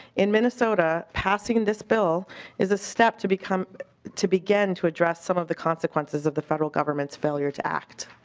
in minnesota passing this bill is a step to become to begin to address some of the consequences of the federal government's failure to act.